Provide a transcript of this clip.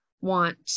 want